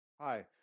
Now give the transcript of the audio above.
Hi